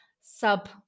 sub